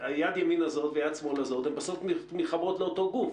יד ימין זאת ויד שמאל זאת בסוף נלחמות באותו גוף.